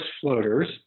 floaters